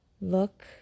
Look